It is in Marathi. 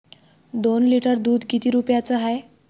दोन लिटर दुध किती रुप्याचं हाये?